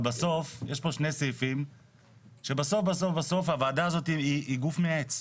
אבל בסוף יש פה שני סעיפים שבסוף בסוף הוועדה הזאת היא גוף מייעץ.